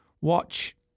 watch